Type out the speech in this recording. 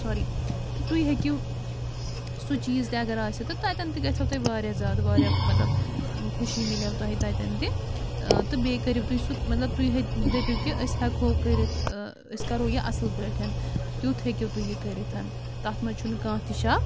ساری تہٕ تُہۍ ہیٚکِو سُہ چیٖز تہِ اگر آسہِ تہٕ تَتٮ۪ن تہِ گژھیو تۄہہِ واریاہ زیادٕ واریاہ مطلب خوشی مِلیو تۄہہِ تَتٮ۪ن تہِ تہٕ بیٚیہِ کٔرِو تُہۍ سُہ مطلب تُہۍ دٔپِو کہِ أسۍ ہٮ۪کہٕ ہو کٔرِتھ أسۍ کَرو یہِ اَصٕل پٲٹھۍ تیُتھ ہیٚکِو تُہۍ یہِ کٔرِتھ تَتھ منٛز چھُنہٕ کانٛہہ تہِ شق